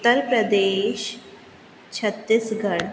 Uttar Pradesh Chhattisgarh